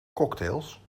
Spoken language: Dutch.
cocktails